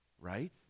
Right